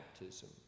baptism